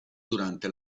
durante